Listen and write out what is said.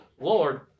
Lord